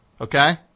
Okay